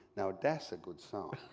now that's a good song.